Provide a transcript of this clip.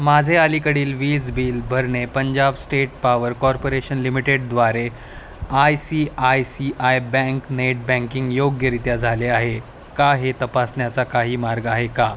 माझे अलीकडील वीज बील भरणे पंजाब स्टेट पावर कॉर्पोरेशन लिमिटेडद्वारे I C I C I bank net banking योग्यरीत्या झाले आहे का हे तपासण्याचा काही मार्ग आहे का